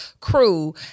crew